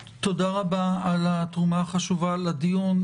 תודה רבה על התרומה החשובה לדיון.